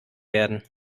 werden